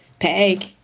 Peg